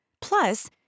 Plus